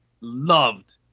loved